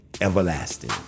Everlasting